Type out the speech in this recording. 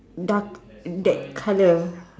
dark that color